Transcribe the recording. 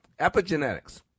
epigenetics